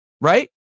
right